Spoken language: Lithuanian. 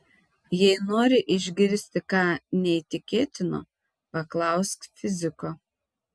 jei nori išgirsti ką neįtikėtino paklausk fiziko